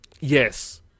Yes